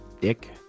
dick